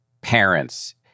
parents